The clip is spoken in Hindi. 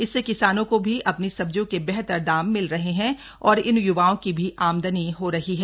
इससे किसानों को भी अपनी सब्जियों के बेहतर दाम मिल रहे हैं और इन य्वाओं की भी आमदनी हो रही है